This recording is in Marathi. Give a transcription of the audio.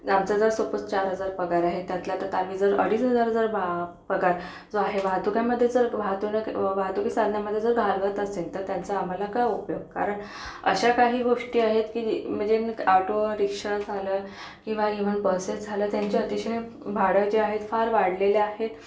आमचा जर सपोज चार हजार पगार आहे त्यातला त्यात आम्ही जर अडीच हजार जर भा पगार जो आहे वाहतुकीमध्ये जर वाहतुनकी वाहतुकीसाधनामध्ये जर घालवत असेल तर त्यांचा आम्हाला काय उपयोग कारण अशा काही गोष्टी आहेत की म्हणजे ऑटो रिक्षा झालं किंवा इव्हन बसेस झालं त्यांचं अतिशय भाडं जे आहे फार वाढलेलं आहेत